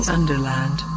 Underland